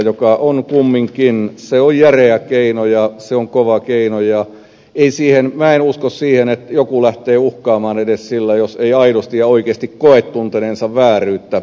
se on kumminkin järeä keino ja se on kova keino ja minä en usko siihen että joku lähtee edes uhkaamaan sillä jos ei aidosti ja oikeasti tunne kokeneensa vääryyttä